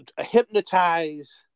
hypnotize